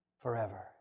forever